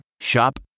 Shop